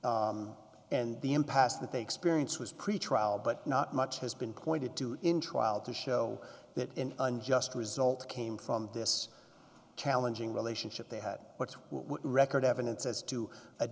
and the impasse that they experience was pretrial but not much has been pointed to in trial to show that an unjust result came from this challenging relationship they had what would record evidence as to